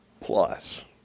plus